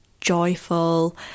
joyful